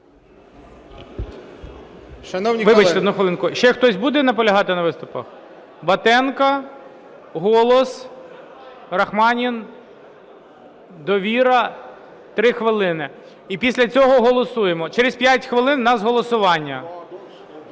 Вибачте! Одну хвилинку! Ще хтось буде наполягати на виступах? Батенко, "Голос", Рахманін, "Довіра". 3 хвилини. І після цього голосуємо. Через 5 хвилин у нас голосування.